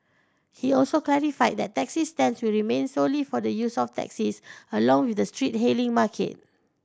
he also clarified that taxi stands will remain solely for the use of taxis along with the street hailing market